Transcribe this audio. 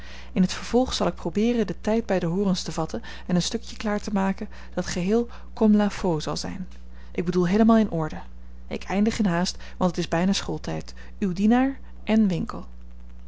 in t vervolg zal ik probeeren den tijd bij de horens te vatten en een stukje klaar te maken dat geheel comme la fo zal zijn ik bedoel heelemaal in orde ik eindig in haast want het is bijna schooltijd uw dienaar n winkle